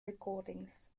recordings